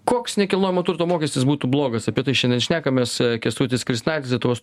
koks nekilnojamo turto mokestis būtų blogas apie tai šiandien šnekamės kęstutis kristinaitis lietuvos